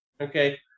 Okay